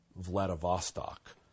Vladivostok